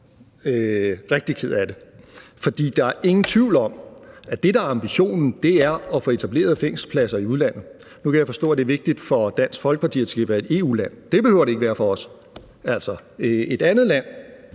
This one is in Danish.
rigtig ked af det. For der er ingen tvivl om, at det, der er ambitionen, er at få etableret fængselspladser i udlandet. Nu kan jeg forstå, at det er vigtigt for Dansk Folkeparti, at det skal være et EU-land, men det behøver det ikke være for vores skyld. Det